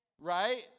Right